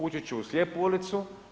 Ući će u slijepu ulicu.